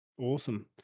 Awesome